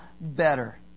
better